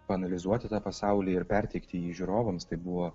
paanalizuoti tą pasaulį ir perteikti jį žiūrovams tai buvo